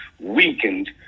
weakened